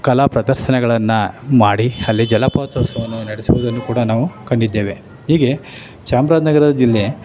ಕಲಾ ಪ್ರದರ್ಶನಗಳನ್ನು ಮಾಡಿ ಅಲ್ಲಿ ಜಲಪಾತೋತ್ಸವವನ್ನು ನಡೆಸುವುದನ್ನು ಕೂಡ ನಾವು ಕಂಡಿದ್ದೇವೆ ಹೀಗೆ ಚಾಮರಾಜನಗರ ಜಿಲ್ಲೆ